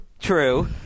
true